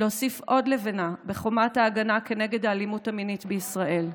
להוסיף עוד לבנה בחומת ההגנה כנגד האלימות המינית בישראל,